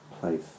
place